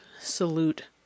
salute